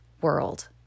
world